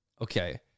Okay